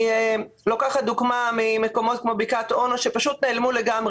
אני לוקחת דוגמה ממקומות כמו בקעת אונו שפשוט נעלמו לגמרי.